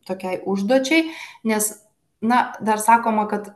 tokiai užduočiai nes na dar sakoma kad